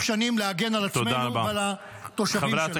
שנים להגן על עצמנו ועל התושבים שלנו.